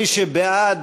מי שבעד